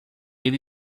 ele